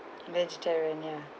vegetarian ya